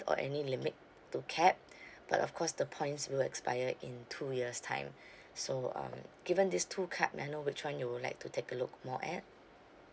or any limit to cap but of course the points will expire in two years time so um given these two card may I know which one you would like to take a look more at